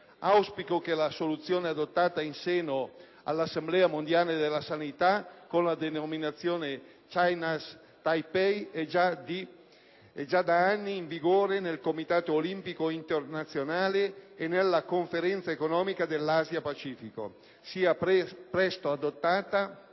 Auspico che la soluzione adottata in seno all'Assemblea mondiale della sanità con la denominazione *Chinese Taipei*, già da anni in vigore nel Comitato olimpico internazionale e nella Conferenza economica dell'Asia-Pacifico, sia presto adottata